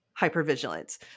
hypervigilance